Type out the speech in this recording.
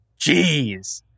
Jeez